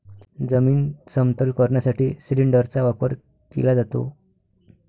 जमीन समतल करण्यासाठी सिलिंडरचा वापर केला जातो